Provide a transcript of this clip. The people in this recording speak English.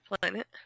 planet